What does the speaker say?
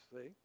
See